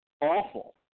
Awful